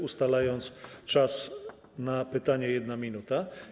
Ustalam czas na pytanie - 1 minuta.